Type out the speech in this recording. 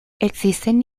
existen